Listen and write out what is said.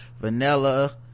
vanilla